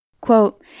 Quote